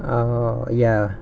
err ya